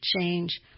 change